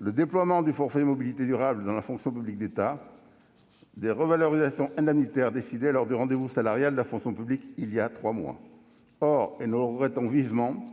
le déploiement du forfait mobilités durables dans la fonction publique d'État ; des revalorisations indemnitaires, décidées lors du rendez-vous salarial de la fonction publique il y a trois mois. Or, et nous le regrettons vivement,